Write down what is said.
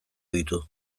ditu